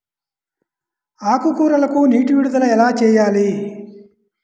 ఆకుకూరలకు నీటి విడుదల ఎలా చేయాలి?